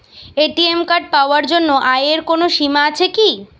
ATM card পাওয়ার জন্য আয়ের কোনো সীমা আছে কি?